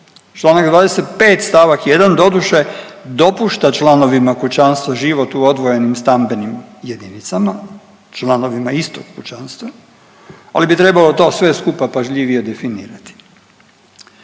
Čl. 25. st. 1. doduše dopušta članovima kućanstva život u odvojenim stambenim jedinicama, članovima istog kućanstva ali bi trebalo to sve skupa pažljivije definirati.